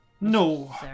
no